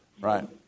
Right